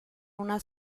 una